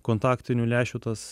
kontaktinių lęšių tas